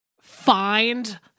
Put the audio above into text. find